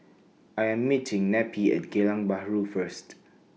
I Am meeting Neppie At Geylang Bahru First